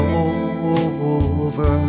over